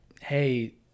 hey